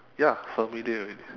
ya familiar already